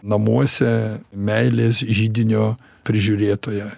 namuose meilės židinio prižiūrėtoja